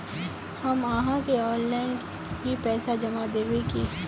हम आहाँ के ऑनलाइन ही पैसा जमा देब की?